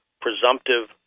presumptive